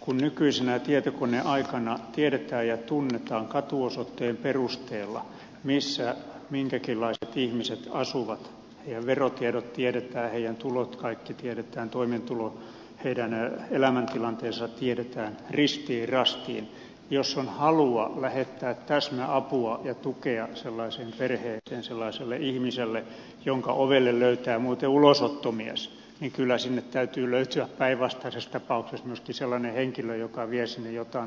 kun nykyisenä tietokoneaikana tiedetään ja tunnetaan katuosoitteen perusteella missä minkäkinlaiset ihmiset asuvat heidän verotietonsa tiedetään heidän tulonsa kaikki tiedetään toimeentulonsa heidän elämäntilanteensa tiedetään ristiin rastiin niin jos on halua lähettää täsmäapua ja tukea sellaiseen perheeseen sellaiselle ihmiselle jonka ovelle löytää muuten ulosottomies niin kyllä sinne täytyy löytyä päinvastaisessa tapauksessa myöskin sellainen henkilö joka vie sinne jotain apua ja tukea